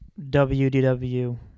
WDW